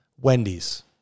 Wendy's